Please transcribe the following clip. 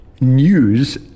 news